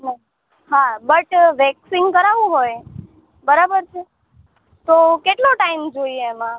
હા but waxing કરાવવું હોય બરાબર છે તો કેટલો ટાઈમ જોઈએ એમાં